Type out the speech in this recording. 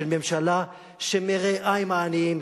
של ממשלה שמרעה עם העניים,